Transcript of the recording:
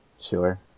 Sure